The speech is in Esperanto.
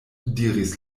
diris